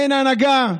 אין הנהגה.